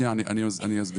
שנייה, אני אסביר.